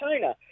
China